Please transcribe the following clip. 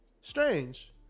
Strange